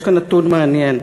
יש כאן נתון מעניין,